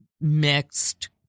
mixed